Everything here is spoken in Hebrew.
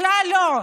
בכלל לא.